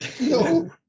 No